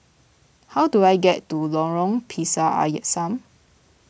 how do I get to Lorong Pisang Asam